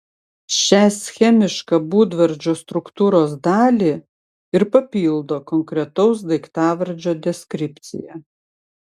šią schemišką būdvardžio struktūros dalį ir papildo konkretaus daiktavardžio deskripcija